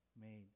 made